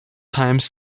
times